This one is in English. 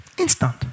Instant